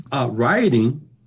Writing